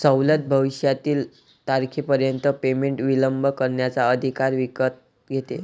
सवलत भविष्यातील तारखेपर्यंत पेमेंट विलंब करण्याचा अधिकार विकत घेते